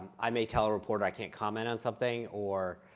i may tell a reporter i can't comment on something or